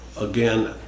again